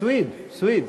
סויד, סויד.